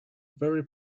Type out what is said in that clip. very